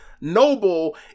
noble